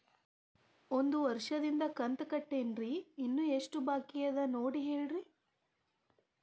ಒಂದು ವರ್ಷದಿಂದ ಕಂತ ಕಟ್ಟೇನ್ರಿ ಇನ್ನು ಎಷ್ಟ ಬಾಕಿ ಅದ ನೋಡಿ ಹೇಳ್ರಿ